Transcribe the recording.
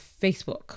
Facebook